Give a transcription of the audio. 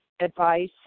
advice